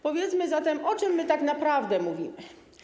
Powiedzmy zatem, o czym tak naprawdę mówimy.